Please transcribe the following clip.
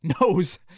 knows